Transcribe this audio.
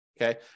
Okay